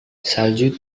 salju